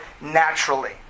naturally